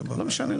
הכל בסדר.